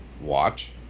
watch